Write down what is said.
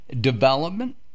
development